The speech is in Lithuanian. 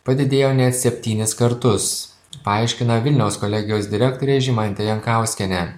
padidėjo net septynis kartus paaiškina vilniaus kolegijos direktorė žymantė jankauskienė